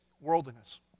worldliness